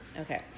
Okay